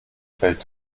feld